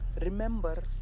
remember